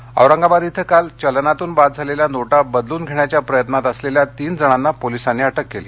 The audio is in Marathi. अटक औरंगाबाद इथं काल चलनातून बाद झालेल्या नोटा बदलून घेण्याच्या प्रयत्नात असलेल्या तीन जणांना पोलिसांनी अटक केली